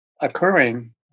occurring